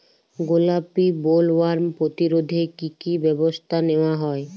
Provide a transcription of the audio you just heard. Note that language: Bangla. গোলাপী বোলওয়ার্ম প্রতিরোধে কী কী ব্যবস্থা নেওয়া হয়?